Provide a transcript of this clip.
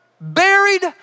buried